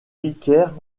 vicaire